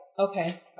Okay